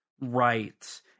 Right